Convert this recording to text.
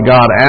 God